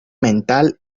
mental